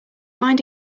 mind